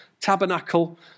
Tabernacle